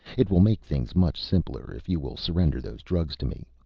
it will make things much simpler if you will surrender those drugs to me.